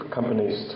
companies